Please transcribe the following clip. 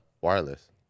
wireless